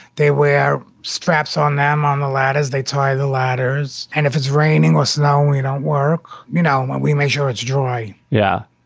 they wear straps on them on the ladders, they tie the ladders. and if it's raining less now, we don't work. you know, and when we measure it's joy yeah,